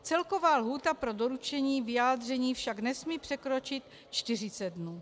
Celková lhůta pro doručení vyjádření však nesmí překročit 40 dnů.